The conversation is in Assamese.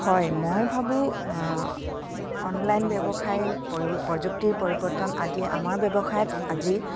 হয় মই ভাবোঁ অনলাইন ব্যৱসায় পৰি প্ৰযুক্তিৰ পৰিৱৰ্তন আদিয়ে আমাৰ ব্যৱসায়ত আজি